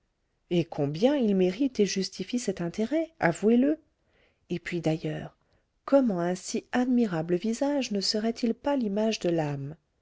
et combien il mérite et justifie cet intérêt avouez-le et puis d'ailleurs comment un si admirable visage ne serait-il pas l'image de l'âme